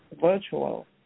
virtual